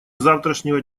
завтрашнего